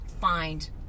find